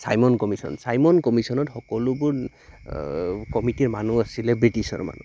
Simon commission Simon কমিছনত সকলোবোৰ কমিটিৰ মানুহ আছিলে ব্ৰিটিছৰ মানুহ